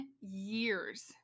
years